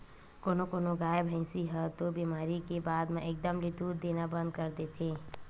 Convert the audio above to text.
कोनो कोनो गाय, भइसी ह तो बेमारी के बाद म एकदम ले दूद देना बंद कर देथे